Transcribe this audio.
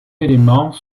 éléments